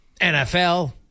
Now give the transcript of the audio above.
NFL